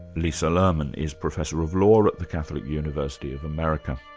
lisa lerman is professor of law at the catholic university of america.